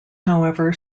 however